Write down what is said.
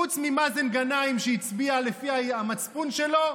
חוץ ממאזן גנאים, שהצביע לפי המצפון שלו,